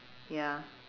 ya